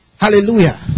Hallelujah